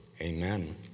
Amen